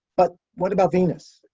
but what about venus?